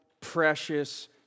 precious